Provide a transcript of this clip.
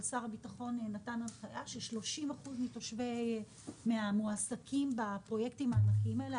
אבל שר הביטחון נתן הנחיה ש-30% מהמועסקים בפרויקטים הענקיים האלה,